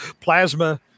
plasma